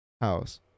house